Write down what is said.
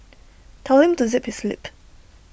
tell him to zip his lip